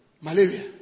malaria